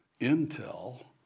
Intel